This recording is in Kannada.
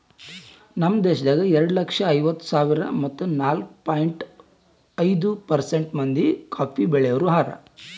ನಮ್ ದೇಶದಾಗ್ ಎರಡು ಲಕ್ಷ ಐವತ್ತು ಸಾವಿರ ಮತ್ತ ನಾಲ್ಕು ಪಾಯಿಂಟ್ ಐದು ಪರ್ಸೆಂಟ್ ಮಂದಿ ಕಾಫಿ ಬೆಳಿಯೋರು ಹಾರ